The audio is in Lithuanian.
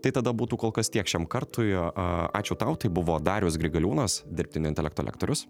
tai tada būtų kol kas tiek šiam kartui ačiū tau tai buvo darius grigaliūnas dirbtinio intelekto lektorius